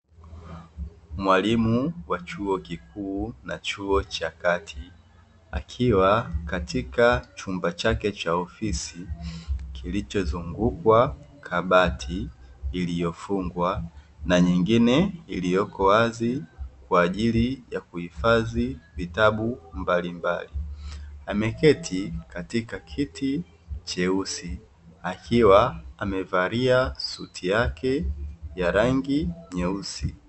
Mwalimu wa chuo kikuu na chuo cha kati, akiwa katika chumba chake cha ofisi kilicho zungukwa kabati, iliyofungwa na nyingine iliyoko wazi kwa ajili ya kuhifadhi vitabu mbalimbali. Ameketi katika kiti cheusi akiwa amevalia suti yake ya rangi nyeusi.